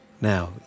Now